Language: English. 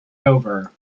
over